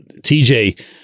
TJ